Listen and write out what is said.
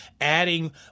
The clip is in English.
adding